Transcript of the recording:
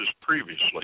previously